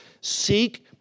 seek